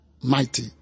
mighty